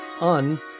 Un